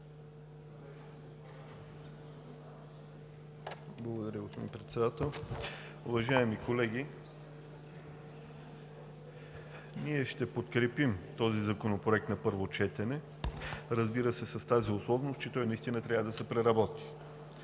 Благодаря Ви, господин Председател. Уважаеми колеги, ние ще подкрепим този законопроект на първо четене, разбира се, с тази условност, че той наистина трябва да се преработи.